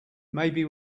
maybe